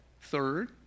Third